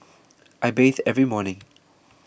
I bathe every morning